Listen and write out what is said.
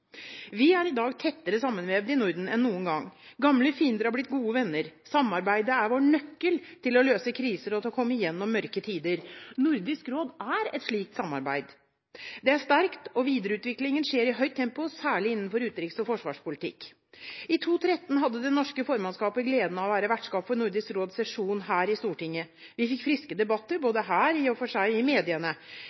Vi er i dag tettere sammenvevd enn noen gang. Gamle fiender har blitt gode venner. Samarbeidet er vår nøkkel til å løse kriser og til å komme gjennom mørke tider. Nordisk råd er et slikt samarbeid. Det er sterkt, og videreutviklingen skjer i høyt tempo, særlig innenfor utenriks- og forsvarspolitikk. I 2013 hadde det norske formannskapet gleden av å være vertskap for Nordisk råds sesjon her i Stortinget. Vi fikk friske debatter både her og i og for seg i mediene.